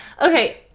Okay